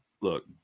Look